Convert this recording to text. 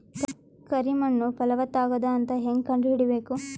ಕರಿ ಮಣ್ಣು ಫಲವತ್ತಾಗದ ಅಂತ ಹೇಂಗ ಕಂಡುಹಿಡಿಬೇಕು?